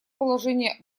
положение